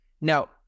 now